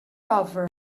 offer